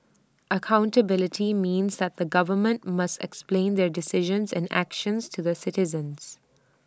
accountability means that the government must explain their decisions and actions to the citizens